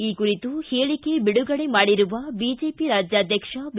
ಈ ಕುರಿತು ಹೇಳಿಕೆ ಬಿಡುಗಡೆ ಮಾಡಿರುವ ಬಿಜೆಪಿ ರಾಜ್ಯಾಧ್ಯಕ್ಷ ಬಿ